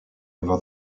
over